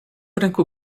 ręku